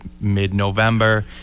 mid-November